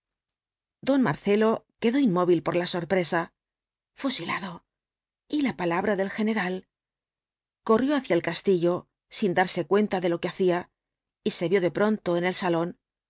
don marcelo quedó inmóvil por la sorpresa fusilado y la palabra del general corrió hacia el castillo sin darse cuenta de lo que hacía y se vio de pronto en el salón